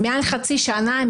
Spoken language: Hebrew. מעל חצי שנה,